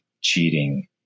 cheating